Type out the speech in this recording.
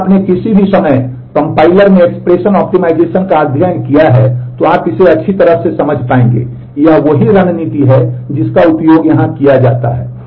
यदि आपने किसी भी समय कंपाइलर में एक्सप्रेशन का अध्ययन किया है तो आप इसे अच्छी तरह से समझ पाएंगे यह वही रणनीति है जिसका उपयोग यहां किया जाता है